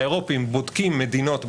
האירופים בודקים מדינות בעולם,